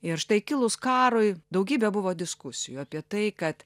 ir štai kilus karui daugybė buvo diskusijų apie tai kad